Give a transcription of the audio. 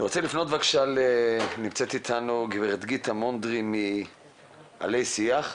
נמצאת איתנו גב' גיטה מונדרי מ'עלי שיח',